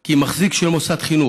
כי מחזיק של מוסד חינוך,